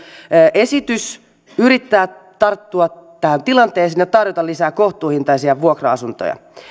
esitys yrittää tarttua tähän tilanteeseen ja tarjota lisää kohtuuhintaisia vuokra asuntoja